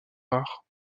rare